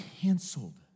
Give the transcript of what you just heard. canceled